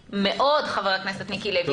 חבר הכנסת מיקי לוי.